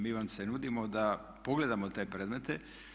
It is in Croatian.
Mi vam se nudimo da pogledamo te premete.